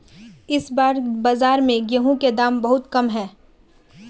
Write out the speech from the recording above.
इस बार बाजार में गेंहू के दाम बहुत कम है?